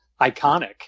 iconic